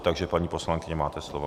Takže paní poslankyně, máte slovo.